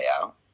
out